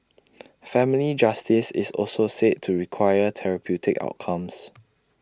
family justice is also said to require therapeutic outcomes